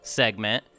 segment